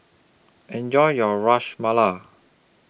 Enjoy your Rash Mala